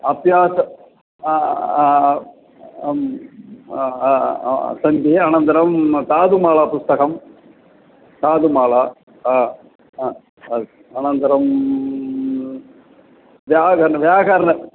अभ्यासः सन्ति अनन्तरं धातुमालपुस्तकं धातुमाला अस्ति अनन्तरं व्याकरणं व्याकरणं